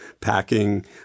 packing